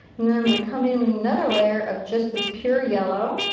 and then i'm gonna come in with another layer of just this pure yellow.